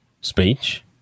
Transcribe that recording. speech